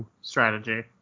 strategy